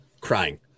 crying